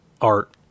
art